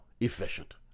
efficient